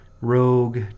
rogue